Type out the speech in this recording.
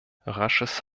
rasches